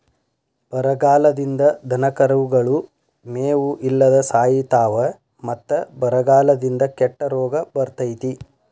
ಬರಗಾಲದಿಂದ ದನಕರುಗಳು ಮೇವು ಇಲ್ಲದ ಸಾಯಿತಾವ ಮತ್ತ ಬರಗಾಲದಿಂದ ಕೆಟ್ಟ ರೋಗ ಬರ್ತೈತಿ